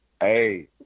Hey